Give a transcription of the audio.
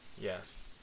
Yes